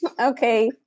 okay